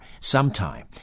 sometime